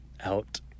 out